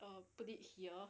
uh put it here